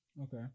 Okay